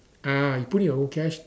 ah you put in your own cash